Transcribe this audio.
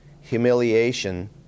humiliation